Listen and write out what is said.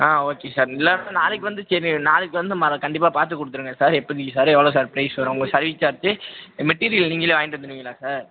ஆ okay sir இல்லைனா நாளைக்கு வந்து சரி நாளைக்கு வந்து மற கண்டிப்பாக பார்த்து கொடுத்துடுங்க சார் எப்போ எவ்வளோ சார் பிரைஸ் வரும் உங்கள் சர்வீஸ் சார்ஜ்ஜு மெட்டீரியல் நீங்களே வாங்கிகிட்டு வந்துவிடுவீங்களா சார்